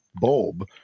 bulb